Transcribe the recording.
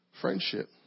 friendship